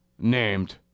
named